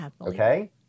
Okay